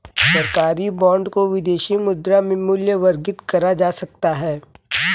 सरकारी बॉन्ड को विदेशी मुद्रा में मूल्यवर्गित करा जा सकता है